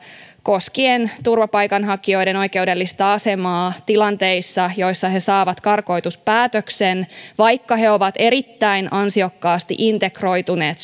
koskien turvapaikanhakijoiden oikeudellista asemaa tilanteissa joissa he he saavat karkotuspäätöksen vaikka he ovat erittäin ansiokkaasti integroituneet